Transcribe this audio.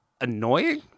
annoying